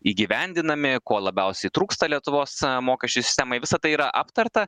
įgyvendinami ko labiausiai trūksta lietuvos mokesčių sistemai visa tai yra aptarta